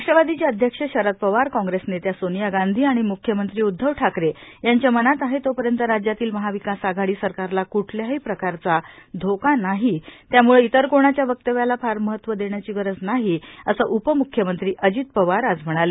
राष्ट्रवादीचे अध्यक्ष शरद पवार काँग्रेस नेत्या सोनिया गांधी आणि म्ख्यमंत्री उद्धव ठाकरे यांच्या मनात आहे तोपर्यंत राज्यातील महाविकास आघाडी सरकारला क्ठल्याही प्रकारचा धोका नाही त्याम्ळे इतर कोणाच्या वक्तव्याला फार महत्त्व देण्याची गरज नाही असं उपम्ख्यमंत्री अजित पवार आज म्हणाले